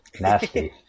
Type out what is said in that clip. Nasty